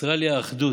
חסרה לי האחדות.